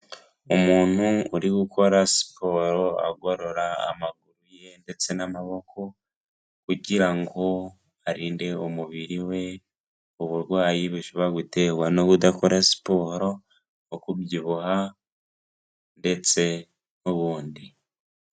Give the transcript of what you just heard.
Umuntu uri gukora siporo agorora amaguru ye ndetse n'amaboko kugira ngo arinde umubiri we uburwayi bushobora guterwa no kudakora siporo nko kubyibuha ndetse n'ubundi.